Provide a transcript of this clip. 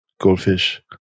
goldfish